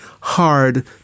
hard